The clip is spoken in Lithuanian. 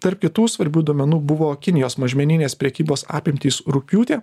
tarp kitų svarbių duomenų buvo kinijos mažmeninės prekybos apimtys rugpjūtį